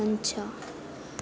ಮಂಚ